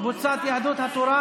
קבוצת סיעת יהדות התורה,